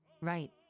Right